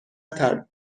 ترک